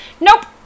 nope